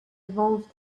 evolved